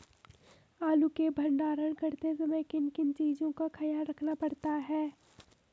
आलू के भंडारण करते समय किन किन चीज़ों का ख्याल रखना पड़ता है?